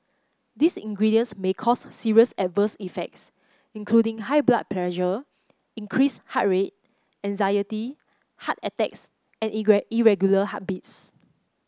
these ingredients may cause serious adverse effects including high blood pressure increased heart rate anxiety heart attacks and irregular heartbeats